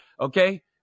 okay